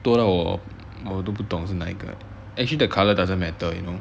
多到我都不懂是哪一个 actually the colour doesn't matter you know